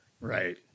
right